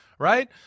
Right